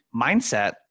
mindset